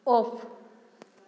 off